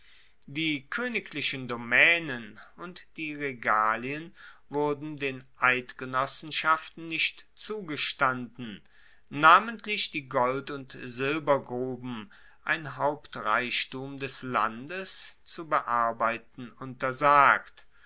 die koeniglichen domaenen und die regalien wurden den eidgenossenschaften nicht zugestanden namentlich die gold und silbergruben ein hauptreichtum des landes zu bearbeiten untersagt